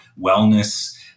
wellness